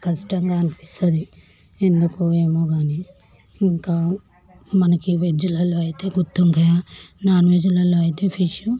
కష్టంగా అనిపిస్తుంది ఎందుకో ఏమో గానీ ఇంకా మనకి వెజ్లల్లో అయితే గుత్తొంకాయ నాన్ వెజ్లల్లో అయితే ఫిష్